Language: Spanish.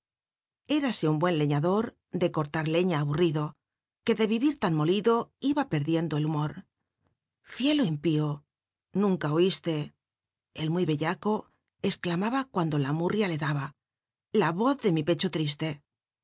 rase un buen leñador de cortar leiía aburrido que ele vivir tan molido iba petdiendo el humor cielo impío nunca oíste el muy bellaco exclamaba cuando la murria le daba la voz de mi pecho triste